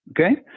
Okay